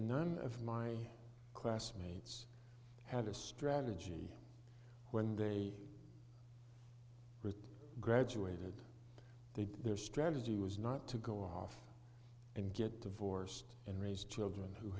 none of my classmates had a strategy when they graduated they did their strategy was not to go off and get divorced and raise children who